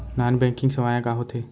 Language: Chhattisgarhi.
नॉन बैंकिंग सेवाएं का होथे?